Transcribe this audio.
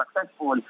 successful